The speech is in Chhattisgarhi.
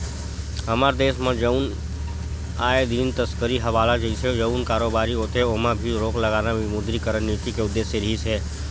हमर देस म जउन आए दिन तस्करी हवाला जइसे जउन कारोबारी होथे ओमा भी रोक लगाना विमुद्रीकरन नीति के उद्देश्य रिहिस हे